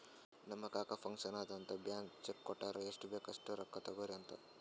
ನಮ್ ಕಾಕಾ ಫಂಕ್ಷನ್ ಅದಾ ಅಂತ್ ಬ್ಲ್ಯಾಂಕ್ ಚೆಕ್ ಕೊಟ್ಟಾರ್ ಎಷ್ಟ್ ಬೇಕ್ ಅಸ್ಟ್ ರೊಕ್ಕಾ ತೊಗೊರಿ ಅಂತ್